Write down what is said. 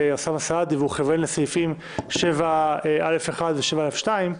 כיוון לסעיפים 7(1) ו-7(2),